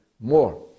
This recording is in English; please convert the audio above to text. more